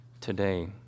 today